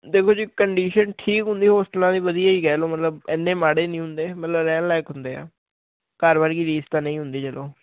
ਦੇਖੋ ਜੀ ਕੰਡੀਸ਼ਨ ਠੀਕ ਹੁੰਦੀ ਹੋਸਟਲਾਂ ਦੀ ਵਧੀਆ ਹੀ ਕਹਿ ਲਓ ਮਤਲਬ ਇੰਨੇ ਮਾੜੇ ਨਹੀਂ ਹੁੰਦੇ ਮਤਲਬ ਰਹਿਣ ਲਾਇਕ ਹੁੰਦੇ ਆ ਘਰ ਵਰਗੀ ਰੀਸ ਤਾਂ ਨਹੀਂ ਹੁੰਦੀ ਚਲੋ